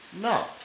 no